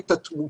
את התמותה.